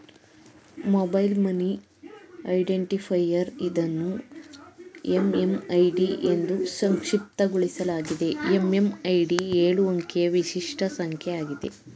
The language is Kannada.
ಮೊಬೈಲ್ ಮನಿ ಐಡೆಂಟಿಫೈಯರ್ ಇದನ್ನು ಎಂ.ಎಂ.ಐ.ಡಿ ಎಂದೂ ಸಂಕ್ಷಿಪ್ತಗೊಳಿಸಲಾಗಿದೆ ಎಂ.ಎಂ.ಐ.ಡಿ ಎಳು ಅಂಕಿಯ ವಿಶಿಷ್ಟ ಸಂಖ್ಯೆ ಆಗಿದೆ